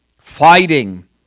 fighting